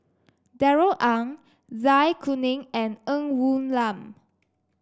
Darrell Ang Zai Kuning and Ng Woon Lam